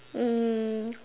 um